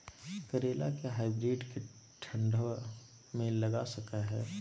करेला के हाइब्रिड के ठंडवा मे लगा सकय हैय?